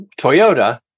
toyota